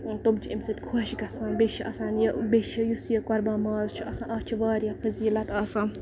تِم چھِ اَمہِ سۭتۍ خۄش ژھان بیٚیہِ چھُ آسان یہِ بیٚیہِ چھُ یُس یہِ قۄربان ماز چھُ آسان اَتھ چھُ واریاہ فٔضیٖلت آسان